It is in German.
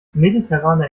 mediterrane